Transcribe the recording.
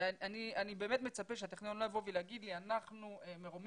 ואני באמת מצפה הטכניון לא יגיד לי: אנחנו מורמים